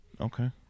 Okay